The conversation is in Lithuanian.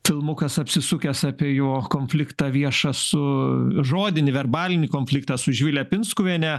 filmukas apsisukęs apie jo konfliktą viešą su žodinį verbalinį konfliktą su živile pinskuviene